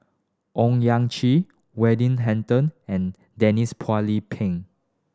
Owyang Chi Weding Hutton and Denise Phua Lee Peng